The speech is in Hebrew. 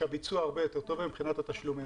שהביצוע הוא הרבה יותר טוב מבחינת התשלומים,